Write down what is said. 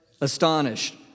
astonished